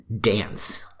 dance